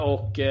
Och